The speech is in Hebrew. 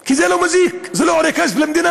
כי זה לא מזיק, זה לא עולה כסף למדינה.